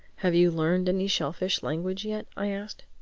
have you learned any shellfish language yet? i asked.